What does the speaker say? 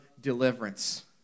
deliverance